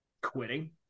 quitting